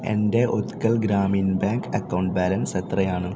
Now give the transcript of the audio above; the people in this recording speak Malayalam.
എൻ്റെ Utkal Grameen bank account balance എത്രയാണ്